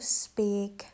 speak